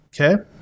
okay